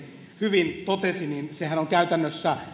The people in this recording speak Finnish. hyvin totesi käytännössä